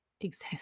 exist